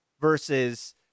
versus